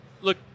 look